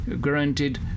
granted